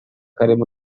karimo